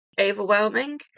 overwhelming